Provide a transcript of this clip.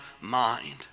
mind